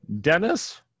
Dennis